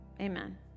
amen